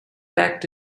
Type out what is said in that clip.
packed